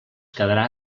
quedarà